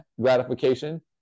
gratification